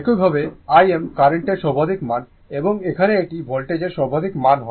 একইভাবে Im কার্রেন্টের সর্বাধিক মান এবং এখানে এটি ভোল্টেজের সর্বাধিক মান হয়